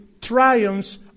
triumphs